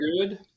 good